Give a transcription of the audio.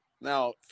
Now